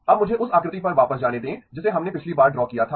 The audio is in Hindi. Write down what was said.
अब मुझे उस आकृति पर वापस जाने दें जिसे हमने पिछली बार ड्रा किया था